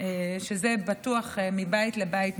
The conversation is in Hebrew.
שבטוח מבית לבית,